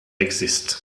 exist